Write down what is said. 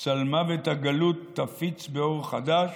צלמוות הגלות תפיץ באור חדש,